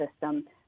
system